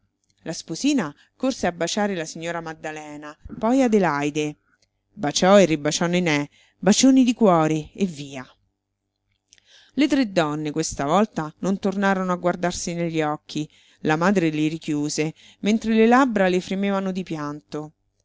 la sposina corse a baciare la signora maddalena poi adelaide baciò e ribaciò nené bacioni di cuore e via le tre donne questa volta non tornarono a guardarsi negli occhi la madre li richiuse mentre le labbra le fremevano di pianto